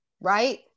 Right